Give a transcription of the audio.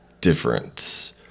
different